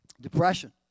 depression